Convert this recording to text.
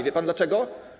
Wie pan dlaczego?